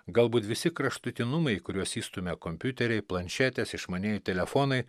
galbūt visi kraštutinumai kuriuos išstumia kompiuteriai planšetės išmanieji telefonai